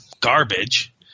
garbage